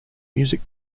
music